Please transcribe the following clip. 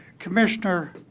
commissioner